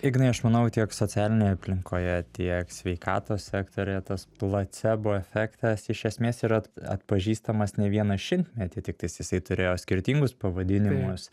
ignai aš manau tiek socialinėje aplinkoje tiek sveikatos sektoriuje tas placebo efektas iš esmės yra atpažįstamas ne vieną šimtmetį tiktais jisai turėjo skirtingus pavadinimus